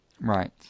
Right